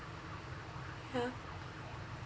ya